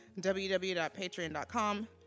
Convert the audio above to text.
www.patreon.com